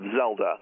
Zelda